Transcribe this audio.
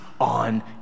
on